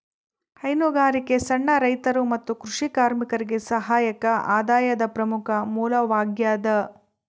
ಹೈನುಗಾರಿಕೆ ಸಣ್ಣ ರೈತರು ಮತ್ತು ಕೃಷಿ ಕಾರ್ಮಿಕರಿಗೆ ಸಹಾಯಕ ಆದಾಯದ ಪ್ರಮುಖ ಮೂಲವಾಗ್ಯದ